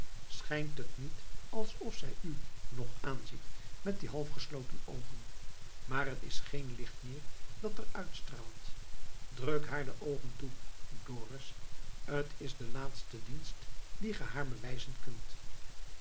schijnt het niet alsof zij u nog aanziet met die halfgesloten oogen maar t is geen licht meer dat er uit straalt druk haar de oogen toe dorus t is de laatste dienst dien ge haar bewijzen kunt